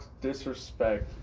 disrespect